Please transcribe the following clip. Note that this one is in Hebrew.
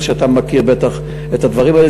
אתה מכיר בטח את הדברים האלה.